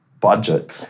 budget